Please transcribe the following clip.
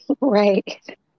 right